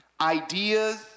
ideas